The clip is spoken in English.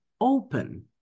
open